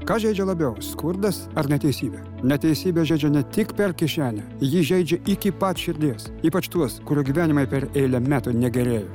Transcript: kas žeidžia labiau skurdas ar neteisybė neteisybė žeidžia ne tik per kišenę ji žeidžia iki pat širdies ypač tuos kurių gyvenimai per eilę metų negerėja